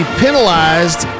penalized